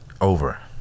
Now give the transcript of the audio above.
Over